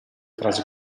frasi